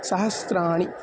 सहस्राणि